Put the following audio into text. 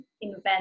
invent